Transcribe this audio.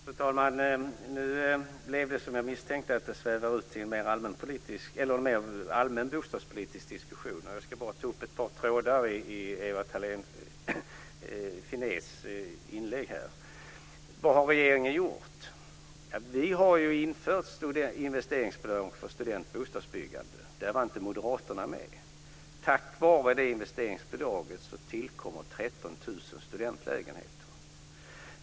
Fru talman! Nu blev det som jag misstänkte, att diskussionen svävar ut i en mer allmän bostadspolitisk debatt. Jag ska kort bara ta upp ett par trådar i Hon undrade vad regeringen har gjort. Vi har infört investeringsbidrag för studentbostadsbyggande, men det var inte Moderaterna med på. Tack vare det investeringsbidraget tillkommer 13 000 studentlägenheter.